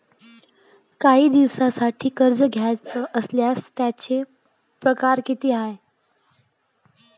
कायी दिसांसाठी कर्ज घ्याचं असल्यास त्यायचे परकार किती हाय?